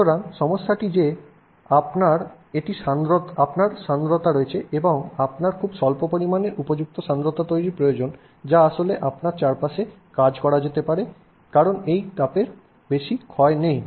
সুতরাং সমস্যাটি যে আপনার একটি সান্দ্রতা রয়েছে এবং আপনার খুব স্বল্প পরিমাণে উপযুক্ত সান্দ্রতা তৈরীর প্রয়োজন যা আসলে আপনার চারপাশে কাজ করা যেতে পারে কারণ এই তাপের ক্ষতি নেই